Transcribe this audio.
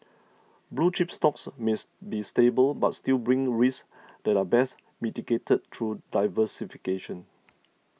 blue chip stocks miss be stable but still brings risks that are best mitigated through diversification